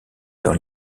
dans